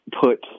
put